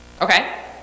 Okay